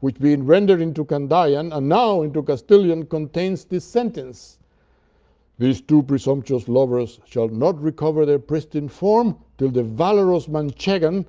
which being rendered into candayan, and now into castilian, contains this sentence these two presumptuous lovers shall not recover their pristine form, till the valorous manchegan